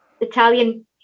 Italian